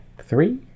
three